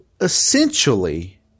Essentially